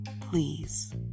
Please